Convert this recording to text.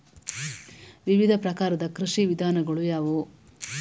ವಿವಿಧ ಪ್ರಕಾರದ ಕೃಷಿ ವಿಧಾನಗಳು ಯಾವುವು?